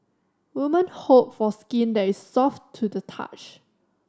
women hope for skin that is soft to the touch